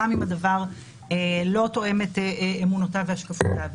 גם אם הדבר לא תואם את אמונותיו והשקפותיו.